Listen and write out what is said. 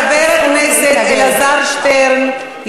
חבר הכנסת אלעזר שטרן,